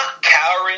cowering